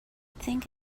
think